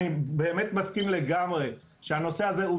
אני באמת מסכים לגמרי שהנושא הזה הוא